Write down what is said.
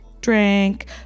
Drink